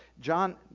John